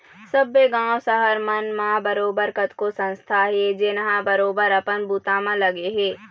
सब्बे गाँव, सहर मन म बरोबर कतको संस्था हे जेनहा बरोबर अपन बूता म लगे हे